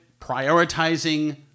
prioritizing